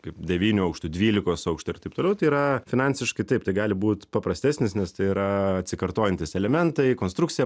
kaip devynių aukštų dvylikos aukštų ir taip toliau tai yra finansiškai taip tai gali būt paprastesnis nes tai yra atsikartojantys elementai konstrukcija